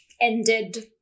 ended